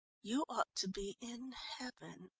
you ought to be in heaven.